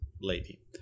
lady